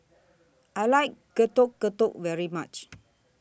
I like Getuk Getuk very much